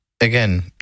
Again